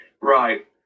right